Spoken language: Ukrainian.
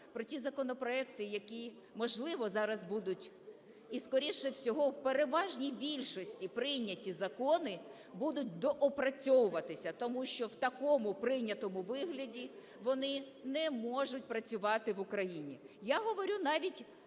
про ті законопроекти, які, можливо, зараз будуть, і скоріше всього в переважній більшості прийняті закони будуть доопрацьовуватися. Тому що в такому прийнятому вигляді вони не можуть працювати в Україні. Я говорю навіть